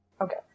Okay